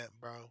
bro